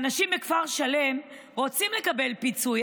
האנשים בכפר שלם רוצים לקבל פיצוי.